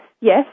Yes